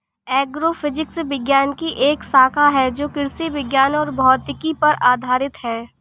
agrophysics विज्ञान की एक शाखा है जो कृषि विज्ञान और भौतिकी पर आधारित है